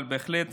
בהחלט